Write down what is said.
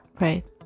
Right